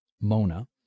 Mona